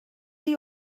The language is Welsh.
chi